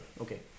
Okay